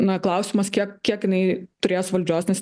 na klausimas kiek kiek jinai turės valdžios nes